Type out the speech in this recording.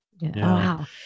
Wow